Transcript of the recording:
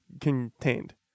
contained